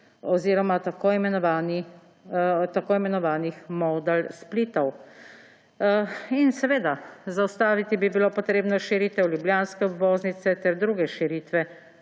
oziroma tako imenovanih modal splitov. In, seveda, zaustaviti bi bilo treba širitev ljubljanske obvoznice ter druge širitve